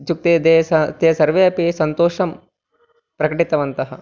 इत्युक्ते ते स ते सर्वे अपि सन्तोषं प्रकटितवन्तः